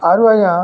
ଆରୁ ଆଜ୍ଞା